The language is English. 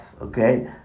Okay